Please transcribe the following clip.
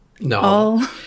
no